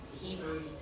Hebrew